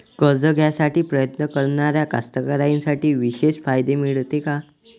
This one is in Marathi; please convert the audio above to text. कर्ज घ्यासाठी प्रयत्न करणाऱ्या कास्तकाराइसाठी विशेष फायदे मिळते का?